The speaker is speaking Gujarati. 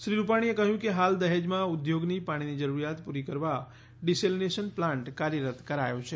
શ્રી રૂપાણીએ કહ્યું કે હાલ દહેજમાં ઉદ્યોગની પાણીની જરૂરીયાત પૂરી કરવા ડિસેલીનેશન પ્લાન્ટ કાર્યરત કરાયો છે